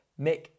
Mick